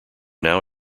now